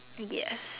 yes